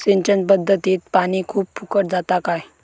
सिंचन पध्दतीत पानी खूप फुकट जाता काय?